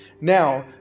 Now